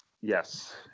Yes